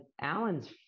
Alan's